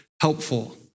helpful